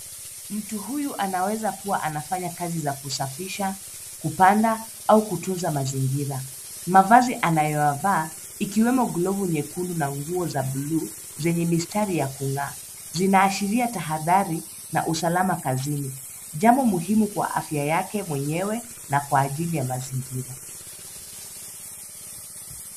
Mtu huyu anawezakua anafanya kazi za kusafisha, kupanda, au kutunaz mazingira. Mavazi anayoyavaa, ikiwemo glovu nyekundu na nguo za blue , zenye mistari ya kung'aa, zinaashiria tahadhari na usalama kazini. Jambo muhimu kwa afya yake mwenyewe, na kwa ajili ya mazingira.